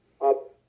up